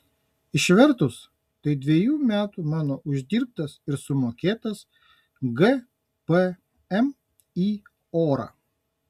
išvertus tai dviejų metų mano uždirbtas ir sumokėtas gpm į orą